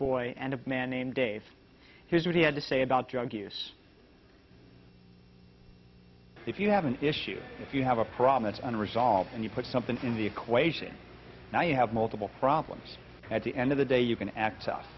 boy and a man named dave here's what he had to say about drug use if you have an issue if you have a promise and resolve and you put something in the equation now you have multiple problems at the end of the day you can access